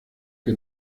que